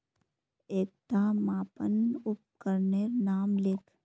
एकटा मापन उपकरनेर नाम लिख?